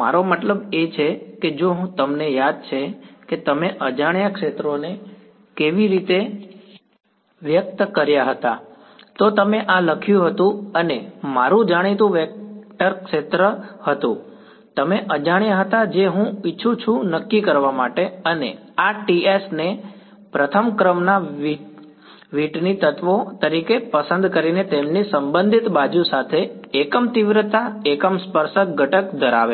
મારો મતલબ એ છે કે જો તમને યાદ છે કે તમે અજાણ્યા ક્ષેત્રોને કેવી રીતે વ્યક્ત કર્યા હતા તો તમે આ લખ્યું હતું અને મારું જાણીતું વેક્ટર ક્ષેત્ર હતું તમે અજાણ્યા હતા જે હું ઇચ્છું છું નક્કી કરવા માટે અને આ T s ને તે પ્રથમ ક્રમના વ્હીટની તત્વો તરીકે પસંદ કરીને તેમની સંબંધિત બાજુ સાથે એકમ તીવ્રતા એકમ સ્પર્શક ઘટક ધરાવે છે